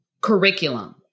curriculum